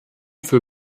für